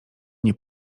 nie